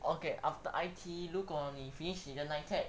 okay after I_T_E 如果你 finish 你的 NITEC